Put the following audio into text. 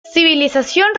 civilización